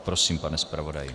Prosím, pane zpravodaji.